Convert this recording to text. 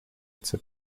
chcę